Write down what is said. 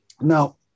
now